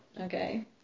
Okay